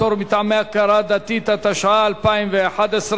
51 בעד, תשעה מתנגדים, אין נמנעים.